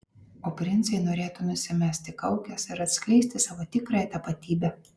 o princai norėtų nusimesti kaukes ir atskleisti savo tikrąją tapatybę